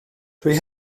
dwi